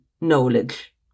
knowledge